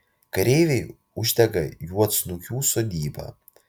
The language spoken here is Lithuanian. kareiviai uždega juodsnukių sodybą